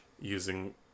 Using